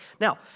Now